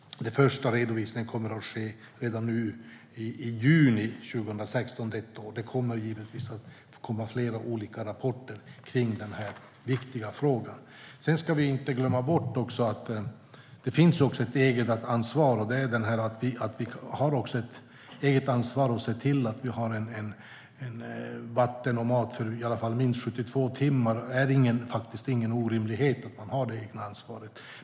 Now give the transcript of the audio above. Den första redovisningen kommer att ske redan i juni 2016. Det kommer givetvis att komma flera olika rapporter om den här viktiga frågan. Vi ska inte glömma bort att det också finns ett egenansvar. Vi har ett eget ansvar för att se till att ha vatten och mat för i alla fall minst 72 timmar. Det är inte orimligt att man har det egna ansvaret.